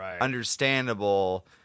understandable